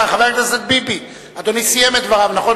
חבר הכנסת ביבי, אדוני סיים את דבריו, נכון?